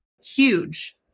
Huge